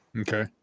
Okay